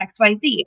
XYZ